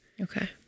Okay